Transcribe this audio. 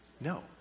no